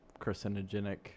carcinogenic